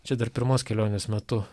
čia dar pirmos kelionės metu